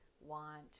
want